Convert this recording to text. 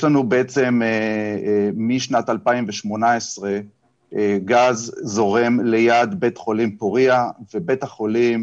יש לנו משנת 2018 גז זורם ליד בית חולים פורייה ובית החולים,